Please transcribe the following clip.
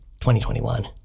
2021